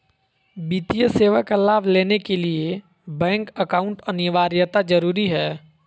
वित्तीय सेवा का लाभ लेने के लिए बैंक अकाउंट अनिवार्यता जरूरी है?